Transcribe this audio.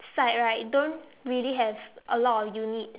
side right don't really have a lot of units